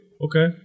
Okay